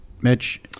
Mitch